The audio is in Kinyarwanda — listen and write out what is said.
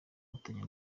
gufatanya